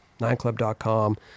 nineclub.com